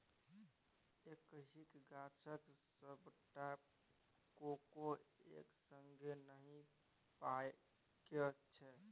एक्कहि गाछक सबटा कोको एक संगे नहि पाकय छै